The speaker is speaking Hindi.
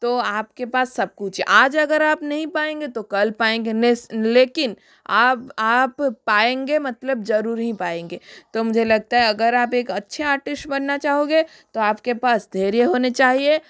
तो आपके पास सब कुछ है आज अगर आप नहीं पाएंगे तो कल पाएंगे लेकिन आब आप पाएंगे मतलब ज़रूर ही पाएंगे तो मुझे लगता है अगर आप एक अच्छे आर्टिस्ट बनाना चाहोगे तो आपके पास धैर्य होने चाहिए